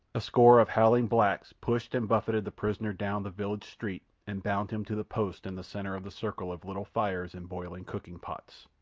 a score of howling blacks pushed and buffeted the prisoner down the village street and bound him to the post in the centre of the circle of little fires and boiling cooking-pots.